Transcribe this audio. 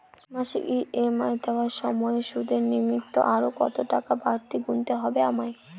মাসিক ই.এম.আই দেওয়ার সময়ে সুদের নিমিত্ত আরো কতটাকা বাড়তি গুণতে হবে আমায়?